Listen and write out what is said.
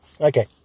okay